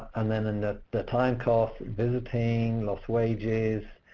and then in the the time costs visiting, lost wages,